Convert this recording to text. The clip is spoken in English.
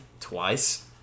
twice